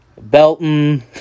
Belton